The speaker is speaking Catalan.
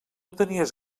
tenies